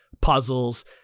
puzzles